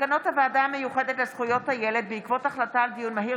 מסקנות הוועדה המיוחדת לזכויות הילד בעקבות דיון מהיר